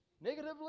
negatively